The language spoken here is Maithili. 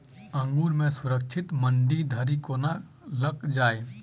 अंगूर केँ सुरक्षित मंडी धरि कोना लकऽ जाय?